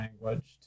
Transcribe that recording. language